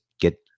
get